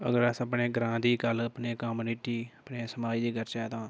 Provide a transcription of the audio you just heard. अगर अस अपने ग्रांऽ दी गल्ल अपनी कामनिटी अपने समाज दी करचै तां